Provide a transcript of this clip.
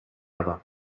other